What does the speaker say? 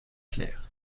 clair